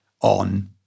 on